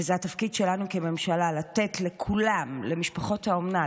וזה התפקיד שלנו כממשלה לתת לכולם למשפחות האומנה,